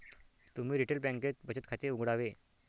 तुम्ही रिटेल बँकेत बचत खाते उघडावे